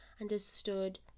understood